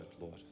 Lord